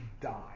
die